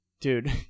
Dude